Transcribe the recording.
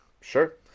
Sure